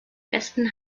besten